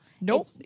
Nope